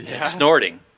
snorting